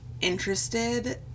interested